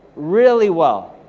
really well.